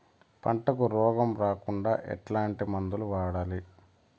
పంటకు రోగం రాకుండా ఎట్లాంటి మందులు వాడాలి?